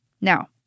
Now